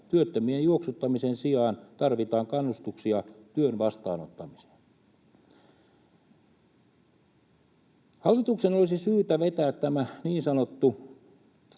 työttömien juoksuttamisen sijaan tarvitaan kannustuksia työn vastaanottamiseen. Hallituksen olisi syytä vetää tämä niin sanottu